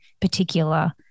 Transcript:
particular